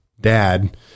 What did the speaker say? dad